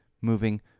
moving